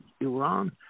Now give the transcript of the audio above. Iran